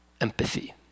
empathy